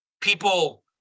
people